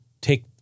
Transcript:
take